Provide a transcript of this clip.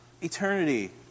Eternity